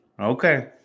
Okay